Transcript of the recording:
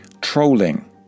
Trolling